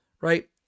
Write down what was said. right